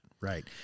right